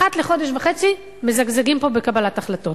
אחת לחודש וחצי מזגזגים פה בקבלת החלטות.